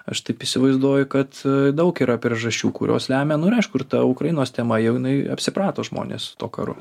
aš taip įsivaizduoju kad daug yra priežasčių kurios lemia nu ir aišku ir ta ukrainos tema jau jinai apsiprato žmonės su tuo karu